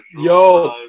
Yo